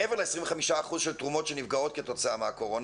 מעבר ל-25% של תרומות שנפגעות כתוצאה מהקורונה,